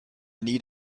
need